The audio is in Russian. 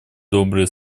добрые